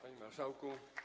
Panie Marszałku!